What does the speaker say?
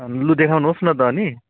लु देखाउनु होस् न त अनि